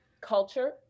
culture